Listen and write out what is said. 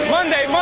Monday